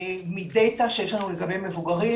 ממה שיש לנו לגבי מבוגרים.